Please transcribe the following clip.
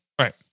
Right